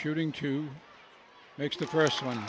shooting two makes the first one